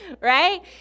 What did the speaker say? Right